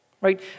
right